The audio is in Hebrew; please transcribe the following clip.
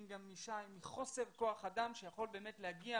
זאת גם משי מחוסר כוח אדם שיכול באמת להגיע,